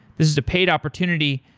this is a paid opportunity.